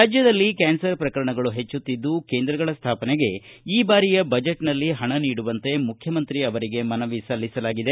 ರಾಜ್ತದಲ್ಲಿ cancer ಪ್ರಕರಣಗಳು ಹೆಚ್ಚುತ್ತಿದ್ದು ಕೇಂದ್ರಗಳ ಸ್ಟಾಪನೆಗೆ ಈ ಬಾರಿಯ ಬಜೆಟ್ನಲ್ಲಿ ಪಣ ನೀಡುವಂತೆ ಮುಖ್ಯಮಂತ್ರಿ ಅವರಿಗೆ ಮನವಿ ಸಲ್ಲಿಸಲಾಗಿದೆ